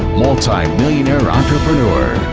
multi-millionaire entrepreneur.